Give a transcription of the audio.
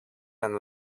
and